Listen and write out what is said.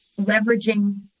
leveraging